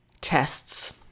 Tests